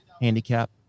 handicap